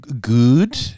good